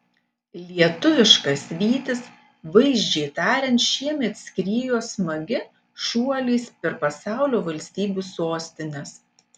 lietuviškas vytis vaizdžiai tariant šiemet skriejo smagia šuoliais per pasaulio valstybių sostines